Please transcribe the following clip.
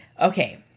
Okay